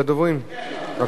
כן,